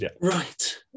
Right